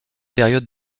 période